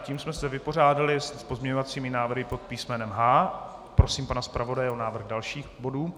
Tím jsme se vypořádali s pozměňovacími návrhy pod písmenem H. Prosím pana zpravodaje o návrh dalších bodů.